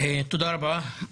תודה רבה.